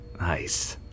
Nice